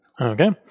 Okay